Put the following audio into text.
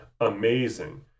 amazing